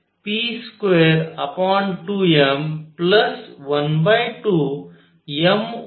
मी हे p22m12m2x2 लिहू शकतो